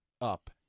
up